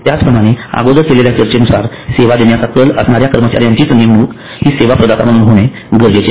त्याचप्रमाणे अगोदर केलेल्या चर्चेनुसार सेवा देण्याचा कल असणाऱ्या कर्मचाऱ्यांचीच नेमणूक सेवा प्रदाता म्हणून होणे गरजेचे आहे